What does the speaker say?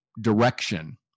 direction